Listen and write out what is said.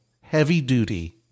heavy-duty